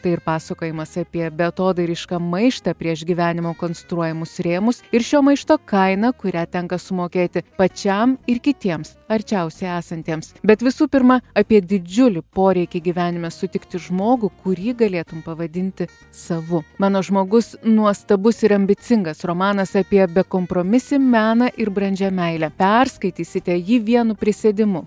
tai ir pasakojimas apie beatodairišką maištą prieš gyvenimo konstruojamus rėmus ir šio maišto kainą kurią tenka sumokėti pačiam ir kitiems arčiausiai esantiems bet visų pirma apie didžiulį poreikį gyvenime sutikti žmogų kurį galėtum pavadinti savu mano žmogus nuostabus ir ambicingas romanas apie bekompromisį meną ir brandžią meilę perskaitysite jį vienu prisėdimu